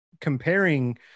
comparing